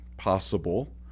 Possible